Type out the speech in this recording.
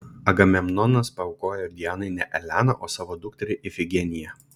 agamemnonas paaukojo dianai ne eleną o savo dukterį ifigeniją